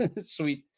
Sweet